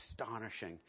astonishing